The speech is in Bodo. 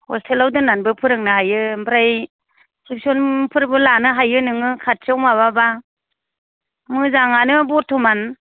हसटेलाव दोननानैबो फोरोंनो हायो आमफ्राय थिउसन फोरबो लानो हायो नोङो खाथियाव माबा बा मोजां आनो बरथमान